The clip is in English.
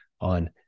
on